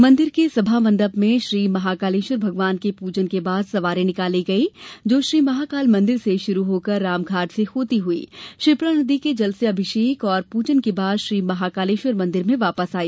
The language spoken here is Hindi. मंदिर के सभामण्डप में श्री महाकालेश्वर भगवान के पूजन के बाद सवारी निकाली गई जो श्री महाकाल मंदिर से शुरू होकर रामघाट से होती हुईे क्षिप्रा नदी के जल से अभिषेक और पूजन के बाद श्री महाकालेश्वर मंदिर में वापस आई